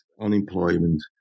unemployment